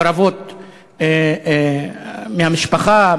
לרבות מהמשפחה,